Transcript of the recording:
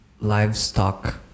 livestock